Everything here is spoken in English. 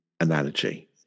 analogy